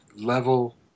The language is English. level